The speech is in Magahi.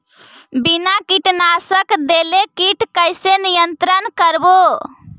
बिना कीटनाशक देले किट कैसे नियंत्रन करबै?